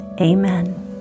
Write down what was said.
Amen